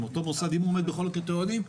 אם אותו מוסד עומד בכל הקריטריונים,